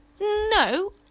no